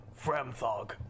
Framthog